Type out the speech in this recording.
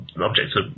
objects